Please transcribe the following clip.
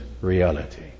reality